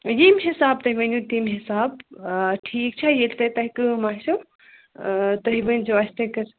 ییٚمہِ حِساب تُہۍ ؤنِو تَمہِ حِساب ٹھیٖک چھا ییٚلہِ تۄہہِ تۄہہِ کٲم آسیو تُہۍ ؤنۍزیو اَسہِ تُہۍ کٔہ